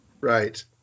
Right